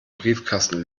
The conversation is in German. briefkasten